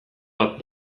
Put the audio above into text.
bat